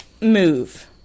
move